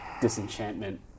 disenchantment